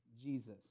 Jesus